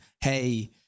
hey